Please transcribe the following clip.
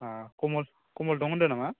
अ कमल कमल दं होन्दों नामा